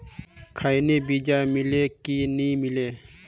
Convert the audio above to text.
खैनी बिजा मिले कि नी मिले?